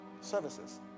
services